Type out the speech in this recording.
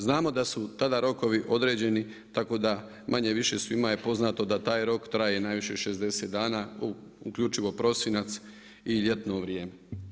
Znamo da su tada rokovi određeni tako da manje-više svima je poznat da taj rok traje najviše 60 dana uključivo prosinac i ljetno vrijeme.